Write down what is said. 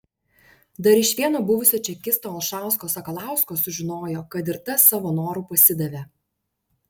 dar iš vieno buvusio čekisto olšausko sakalausko sužinojo kad ir tas savo noru pasidavė